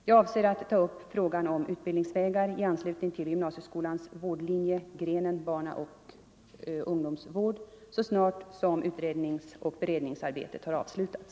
Jag avser att ta upp frågan om utbildningsvägar i anslutning till gym 23 nasieskolans vårdlinje, grenen barnaoch ungdomsvård, så snart som utredningsoch beredningsarbetet har avslutats.